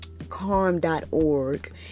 karm.org